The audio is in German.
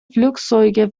flugzeuge